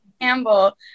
Campbell